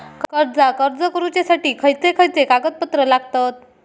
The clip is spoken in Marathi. कर्जाक अर्ज करुच्यासाठी खयचे खयचे कागदपत्र लागतत